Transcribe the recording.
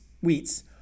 wheats